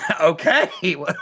Okay